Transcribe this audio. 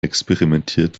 experimentiert